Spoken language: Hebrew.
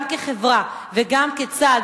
גם כחברה וגם כצה"ל,